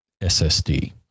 SSD